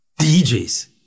DJs